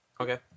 Okay